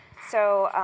so